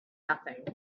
nothing